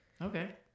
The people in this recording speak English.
Okay